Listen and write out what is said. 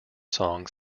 songs